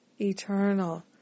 eternal